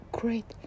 great